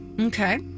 Okay